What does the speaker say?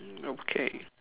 okay